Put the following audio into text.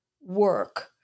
work